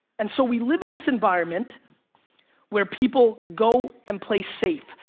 and so we live in this environment where people go and play safe.